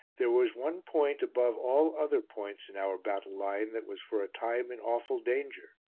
there was one point above all other points in our battle line that was for a time in awful danger,